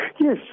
Yes